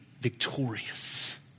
victorious